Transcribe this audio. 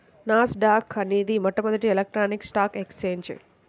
నాస్ dock అనేది మొట్టమొదటి electronic stock exchange